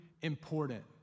important